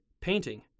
painting